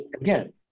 Again